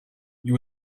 you